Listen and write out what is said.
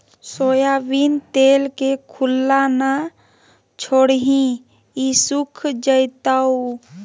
soybean तेल के खुल्ला न छोरीहें ई सुख जयताऊ